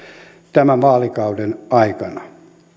tämän vaalikauden aikana